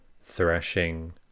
threshing